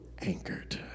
anchored